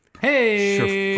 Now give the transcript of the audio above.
Hey